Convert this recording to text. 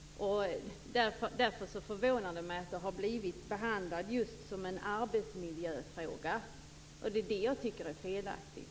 Därför förvånar det mig att det här har blivit behandlat som en arbetsmiljöfråga. Det är det jag tycker är felaktigt.